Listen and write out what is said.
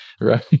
right